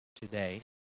today